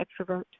extrovert